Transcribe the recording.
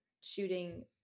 shooting